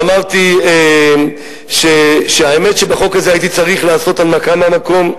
אמרתי שבחוק הזה הייתי צריך לעשות הנמקה מהמקום,